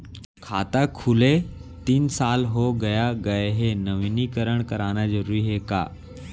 खाता खुले तीन साल हो गया गये हे नवीनीकरण कराना जरूरी हे का?